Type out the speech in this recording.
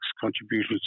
contributions